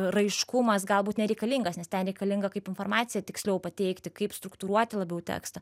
raiškumas galbūt nereikalingas nes ten reikalinga kaip informaciją tiksliau pateikti kaip struktūruoti labiau tekstą